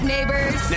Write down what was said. Neighbors